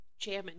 jamming